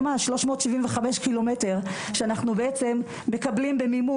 375 קילומטר שאנחנו בעצם מקבלים במימון.